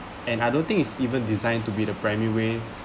and I don't think it's even designed to be the primary way